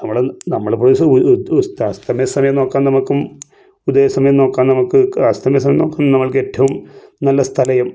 നമ്മള് നമ്മളെപ്പോലെ ഒരു അസ്തമയസമയം നോക്കാൻ നമക്കും ഉദയ സമയം നോക്കാൻ നമുക്ക് അസ്തമയസമയം നോക്കാൻ നമക്ക് ഏറ്റവും നല്ല സ്ഥലം